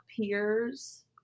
peers